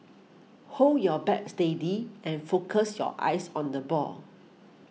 hold your bat steady and focus your eyes on the ball